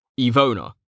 Evona